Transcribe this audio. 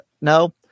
no